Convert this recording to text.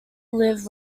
lived